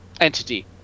entity